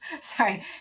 Sorry